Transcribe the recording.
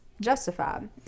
justified